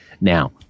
Now